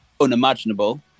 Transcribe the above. unimaginable